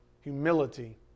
humility